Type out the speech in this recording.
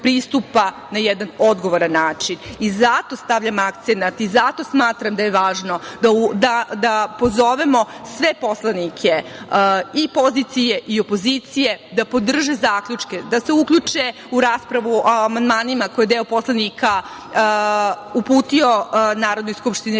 na jedan odgovoran način. I zato stavljam akcenat i zato smatram da je važno da pozovemo sve poslanike i pozicije i opozicije da podrže zaključke, da se uključe u raspravu o amandmanima koji je deo poslanika uputio Narodnoj skupštini Republike